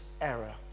error